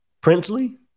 Princely